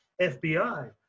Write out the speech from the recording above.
FBI